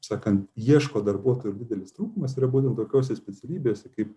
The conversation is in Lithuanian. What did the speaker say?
sakant ieško darbuotojų didelis trūkumas yra būtent tokios specialybės kaip